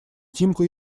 тимку